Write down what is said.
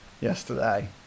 yesterday